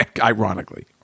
Ironically